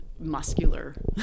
Muscular